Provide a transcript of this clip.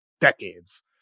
decades